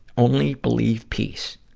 only believe peace.